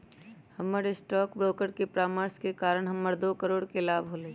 हमर stock broker के परामर्श के कारण हमरा दो करोड़ के लाभ होलय